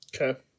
Okay